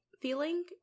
feeling